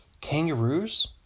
Kangaroos